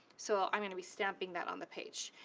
so i'm gonna be stamping that on the page.